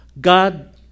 God